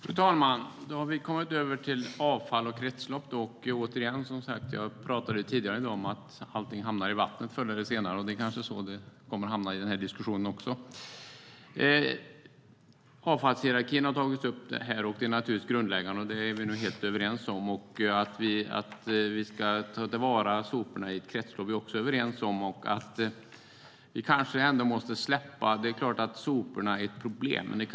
Fru talman! Då har vi kommit över till avfall och kretslopp. Jag pratade tidigare i dag om att allting hamnar i vattnet förr eller senare. Jag kanske kommer in på det i den här debatten också. Avfallshierarkin har tagits upp här. Den är naturligtvis grundläggande. Det är vi nog helt överens om. Att vi ska ta till vara soporna i ett kretslopp är vi också överens om. Det är klart att soporna är ett problem.